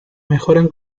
mejoran